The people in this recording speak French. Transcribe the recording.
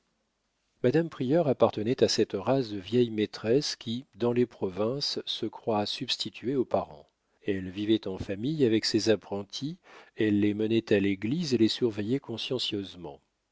madame prieur appartenait à cette race de vieilles maîtresses qui dans les provinces se croient substituées aux parents elle vivait en famille avec ses apprenties elle les menait à l'église et les surveillait consciencieusement